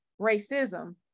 racism